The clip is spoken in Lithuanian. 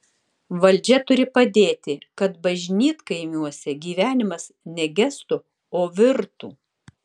valdžia turi padėti kad bažnytkaimiuose gyvenimas ne gestų o virtų